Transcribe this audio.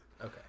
Okay